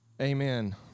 amen